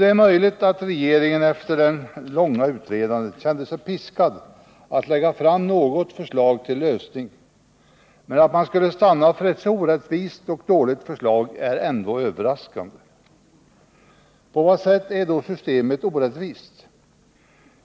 Det är möjligt att regeringen efter det långa utredandet kände sig piskad att lägga fram något förslag till lösning, men att man skulle stanna för ett så orättvist och dåligt förslag är ändå överraskande. På vad sätt är systemet då orättvist?